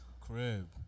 Crib